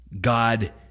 God